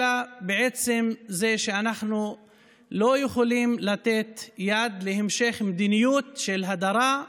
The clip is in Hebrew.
אלא בעצם זה שאנחנו לא יכולים לתת יד להמשך מדיניות של הדרה,